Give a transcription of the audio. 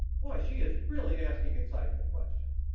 boy, she is really asking inciteful questions.